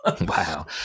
Wow